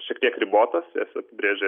šiek tiek ribotas jas apibrėžia